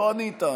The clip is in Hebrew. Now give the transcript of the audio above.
לא ענית,